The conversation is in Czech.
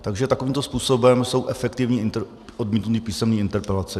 Takže takovýmto způsobem jsou efektivní písemné interpelace.